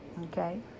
okay